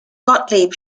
gottlieb